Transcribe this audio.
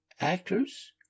actors